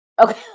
Okay